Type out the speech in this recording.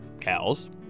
Cows